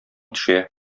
төшә